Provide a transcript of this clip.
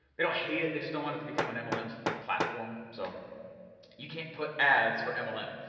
they don't hate it they just don't want it to become and mlm platform, so you can't put adds for mlm.